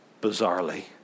bizarrely